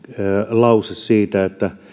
lause siitä että